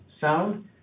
sound